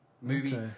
movie